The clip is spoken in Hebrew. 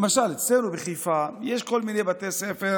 למשל, אצלנו בחיפה יש כל מיני בתי ספר